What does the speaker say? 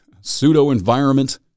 pseudo-environment